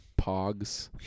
Pogs